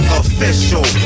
official